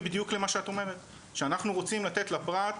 בדיוק למה שאת אומרת, שאנחנו רוצים לתת לפרט,